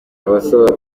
abasaba